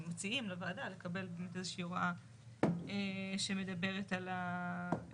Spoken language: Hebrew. אנחנו מציעים לוועדה לקבל איזה שהיא הוראה שמדברת גם על